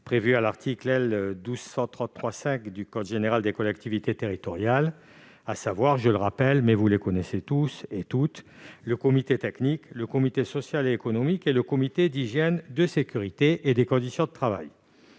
prévues à l'article L. 1233-5 du code général des collectivités territoriales, à savoir- je le rappelle, mais vous les connaissez tous -le comité technique, le comité social et économique et le comité d'hygiène, de sécurité et des conditions de travail.